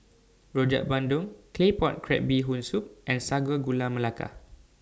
Rojak Bandung Claypot Crab Bee Hoon Soup and Sago Gula Melaka